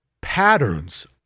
patterns